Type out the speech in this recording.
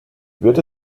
wird